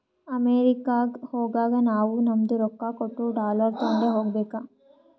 ಅಮೆರಿಕಾಗ್ ಹೋಗಾಗ ನಾವೂ ನಮ್ದು ರೊಕ್ಕಾ ಕೊಟ್ಟು ಡಾಲರ್ ತೊಂಡೆ ಹೋಗ್ಬೇಕ